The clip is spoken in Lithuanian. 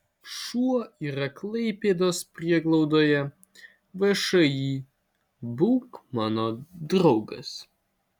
šuo yra klaipėdos prieglaudoje všį būk mano draugas